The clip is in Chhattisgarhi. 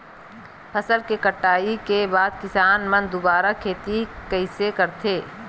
फसल के कटाई के बाद किसान मन दुबारा खेती कइसे करथे?